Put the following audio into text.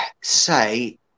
say